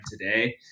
today